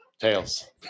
tails